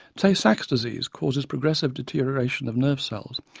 tay-sachs disease causes progressive deterioration of nerve cells,